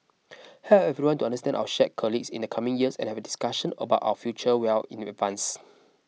help everyone to understand our shared in the coming years and have discussions about our future well in advance